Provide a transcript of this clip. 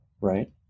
Right